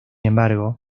embargo